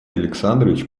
александрович